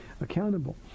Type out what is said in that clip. accountable